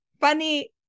funny